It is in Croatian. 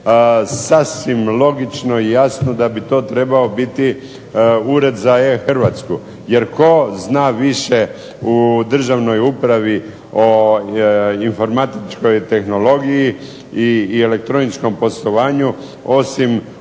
sasvim logično i jasno da bi to trebao biti Ured za e-Hrvatsku. Jer tko zna više u državnoj upravi o informatičkoj tehnologiji i elektroničkom poslovanju osim Ureda